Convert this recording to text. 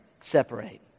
separate